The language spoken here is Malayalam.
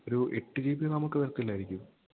ഒരു എട്ട് ജീ ബി റാമ് ഒക്കെ വരത്തില്ലായിരിക്കുമോ